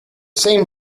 same